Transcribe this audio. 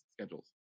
schedules